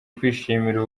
kwishimira